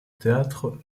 théâtre